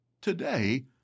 Today